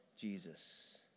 Jesus